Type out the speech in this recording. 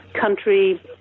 country